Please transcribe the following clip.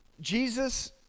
Jesus